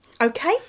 okay